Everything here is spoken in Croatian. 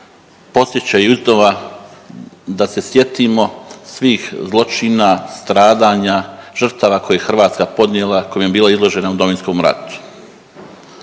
podsjećaju iznova da se sjetimo svih zločina, stradanja, žrtava koje je Hrvatska podnijela, kojim je bila izložena u Domovinskom ratu.